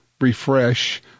refresh